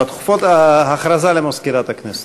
הודעה למזכירת הכנסת.